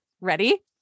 Ready